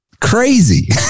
crazy